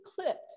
clipped